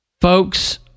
Folks